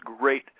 great